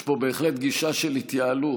יש פה בהחלט גישה של התייעלות,